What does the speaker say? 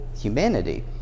humanity